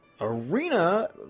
Arena